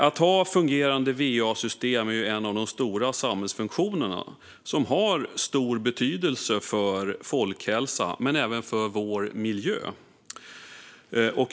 Att ha fungerande va-system är en av de stora samhällsfunktioner som har stor betydelse för folkhälsa men även för vår miljö.